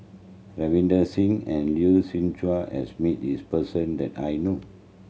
Ravinder Singh and Lee Siew Chua has meet this person that I know